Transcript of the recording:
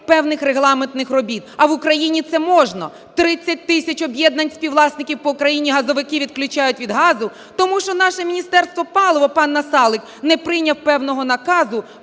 певних регламентних робіт. А в Україні це можна. 30 тисяч об'єднань співвласників по Україні газовики відключають від газу, тому що наше Міністерство палива, панНасалик, не прийняв певного наказу